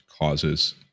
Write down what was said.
causes